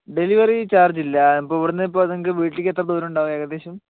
delivery charge ഇല്ല ഇപ്പോൾ ഇവിടെ നിന്ന് നിങ്ങൾക്ക് വീട്ടിലേക്ക് എത്ര ദൂരം ഉണ്ടാവും ഏകദേശം